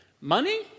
Money